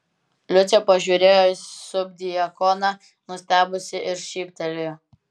liucė pažiūrėjo į subdiakoną nustebusi ir šyptelėjo